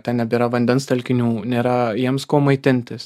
ten nebėra vandens telkinių nėra jiems kuo maitintis